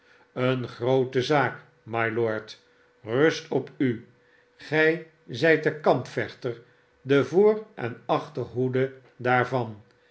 eene groote zaak mylord rust op u gij zijt de kampvechter de voor en achterhoede daarvan